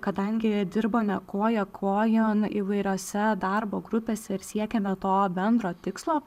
kadangi dirbame koja kojon įvairiose darbo grupėse ir siekiame to bendro tikslo